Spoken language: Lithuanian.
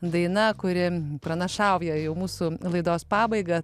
daina kuri pranašauja jau mūsų laidos pabaigą